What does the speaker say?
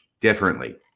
differently